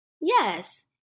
Yes